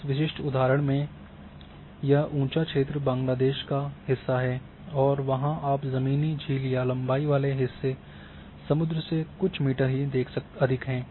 इस विशिष्ट उदाहरण में यह ऊंचा क्षेत्र बांग्लादेश का हिस्सा है और वहां आप जमीनी झील या लंबाई वाले हिस्से समुद्र से कुछ मीटर ही अधिक हैं